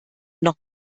noch